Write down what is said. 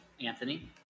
anthony